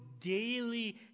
daily